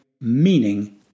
meaning